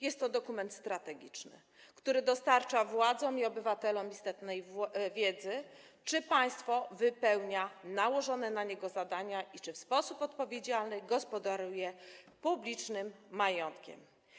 Jest to dokument strategiczny, który dostarcza władzom i obywatelom istotnej wiedzy, czy państwo wypełnia nałożone na nie zadania i czy w sposób odpowiedzialny gospodaruje publicznym majątkiem.